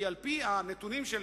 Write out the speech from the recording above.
כי על-פי הנתונים של